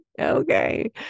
okay